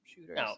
shooters